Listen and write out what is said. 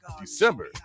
December